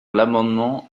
l’amendement